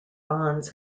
bonds